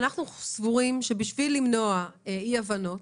אנחנו סבורים שבשביל למנוע אי הבנות,